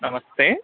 नमस्ते